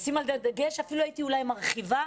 אפילו הייתי מרחיבה,